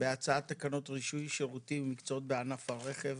בהצעת תקנות רישוי שירותים ומקצועות בענף הרכב